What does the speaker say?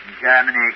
Germany